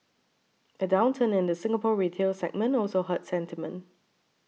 a downturn in the Singapore retail segment also hurt sentiment